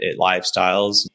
Lifestyles